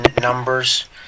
Numbers